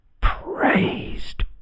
Praised